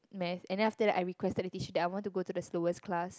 math and then after that I requested the teacher that I want to go to the slowest class